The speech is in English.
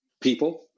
people